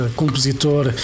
compositor